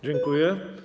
Dziękuję.